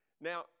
Now